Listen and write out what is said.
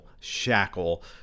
shackle